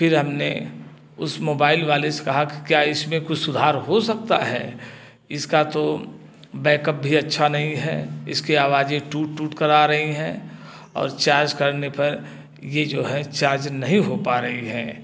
फिर हम ने उस मोबाइल वाले से कहा क्या इस में कुछ सुधार हो सकता है इसका तो बैकअप भी अच्छा नहीं है इसके आवाज़ें टूट टूट कर आ रही हैं और चार्ज करने पर ये जो है चार्ज नहीं हो पा रही है